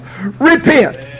Repent